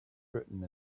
written